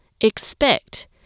expect